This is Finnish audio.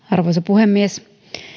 arvoisa puhemies